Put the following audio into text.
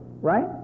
right